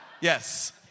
Yes